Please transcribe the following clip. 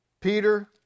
Peter